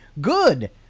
good